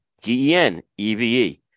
G-E-N-E-V-E